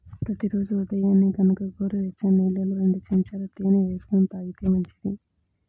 ప్రతి రోజూ ఉదయాన్నే గనక గోరువెచ్చని నీళ్ళల్లో రెండు చెంచాల తేనె వేసుకొని తాగితే మంచిది